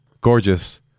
gorgeous